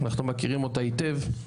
אנחנו מכירים אותה היטב.